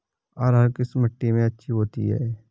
अरहर किस मिट्टी में अच्छी होती है?